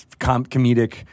comedic